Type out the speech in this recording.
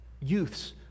youths